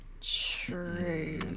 True